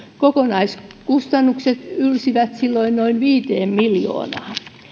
kokonaiskustannukset ylsivät silloin noin viiteen miljoonaan